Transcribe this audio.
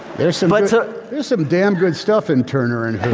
there's some like so there's some damn good stuff in turner and hooch